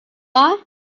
are